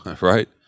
right